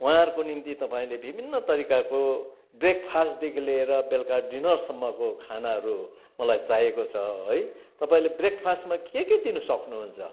उहाँहरूको निम्ति तपाईँले विभिन्न तरिकाको ब्रेकफास्टदेखि लिएर बेलुका डिनरसम्मको खानाहरू मलाई चाहिएको छ है तपाईँले ब्रेकफास्टमा के के दिनु सक्नुहुन्छ